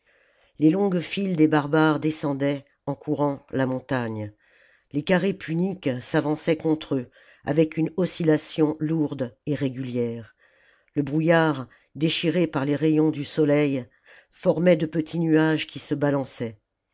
les longues files des barbares descendaient en courant la montagne les carrés puniques s'avançaient contre eux avec une oscillation lourde et régulière le brouillard déchiré par les rayons du soleil formait de petits nuages qui se balançaient